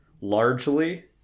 largely